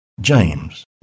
James